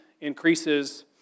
increases